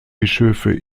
bischöfe